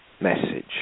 message